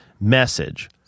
message